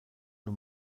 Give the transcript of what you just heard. nun